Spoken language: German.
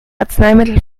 arzneimittel